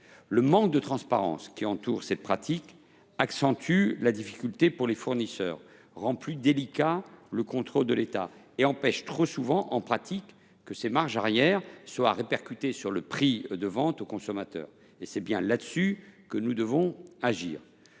Le manque de transparence qui entoure cette pratique accentue la difficulté pour les fournisseurs, rend plus délicat le contrôle de l’État et empêche trop souvent, en pratique, que ces marges arrière soient répercutées sur le prix de vente aux consommateurs. Et c’est bien sur ce point que nous devons agir.